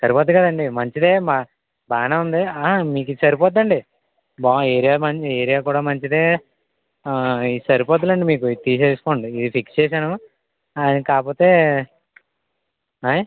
సరిపోతుంది కదండీ మంచిదే బా బాగానే ఉంది ఆ మీకిది సరిపోతుందండి బాగా ఏరియా ఏరియా కూడా మంచిదే ఇది సరిపోతుందిలేండి మీకు ఇది తీసేసుకొండి ఇది ఫిక్స్ చేసేయనా కాకపోతే ఆయి